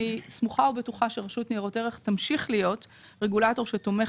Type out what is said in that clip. אני סמוכה ובטוחה שהרשות לניירות ערך תמשיך להיות רגולטור שתומך